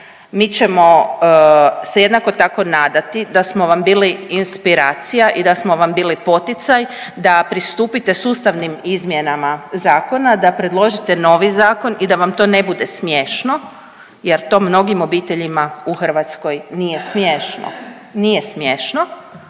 Mi ćemo se jednako tako nadati, da smo vam bili inspiracija i da smo vam bili poticaj da pristupite sustavnim izmjenama zakona, da predložite novi zakon i da vam to ne bude smiješno jer to mnogim obiteljima u Hrvatskoj nije smiješno.